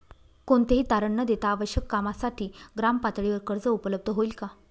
कोणतेही तारण न देता आवश्यक कामासाठी ग्रामपातळीवर कर्ज उपलब्ध होईल का?